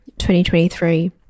2023